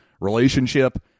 relationship